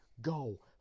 Go